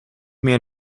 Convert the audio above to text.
meer